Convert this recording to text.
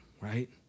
right